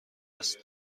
است